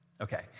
Okay